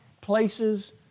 places